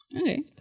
Okay